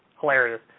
hilarious